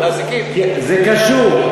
קשור,